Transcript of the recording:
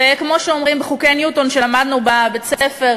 וכמו שאומרים בחוקי ניוטון שלמדנו בבית-הספר,